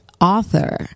author